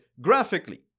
graphically